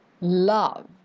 Love